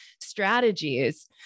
strategies